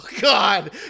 God